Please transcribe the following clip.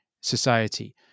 society